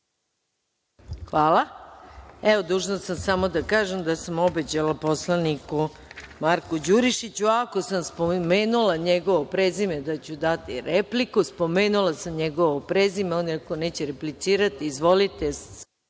Hvala. Dužna sam samo da kažem da sam obećala poslaniku Marku Đurišiću ako sam spomenula njegovo prezime da ću dati repliku. Spomenula sam njegovo prezime. On je rekao da neće replicirati. Izvolite.